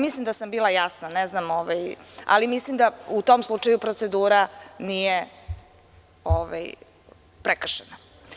Mislim da sam bila jasna i mislim da u tom slučaju procedura nije prekršena.